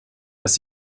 dass